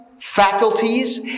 faculties